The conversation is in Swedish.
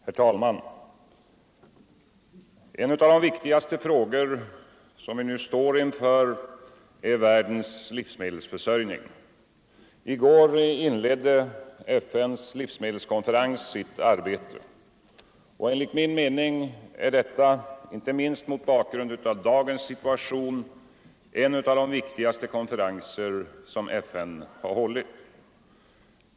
Herr talman! En av de viktigaste frågor som vi nu står inför är världens livsmedelsförsörjning. I går inledde FN:s livsmedelskonferens sitt arbete. Enligt min mening är detta, inte minst mot bakgrund av dagens situation, en av de viktigaste konferenser som FN hållit.